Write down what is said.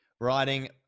writing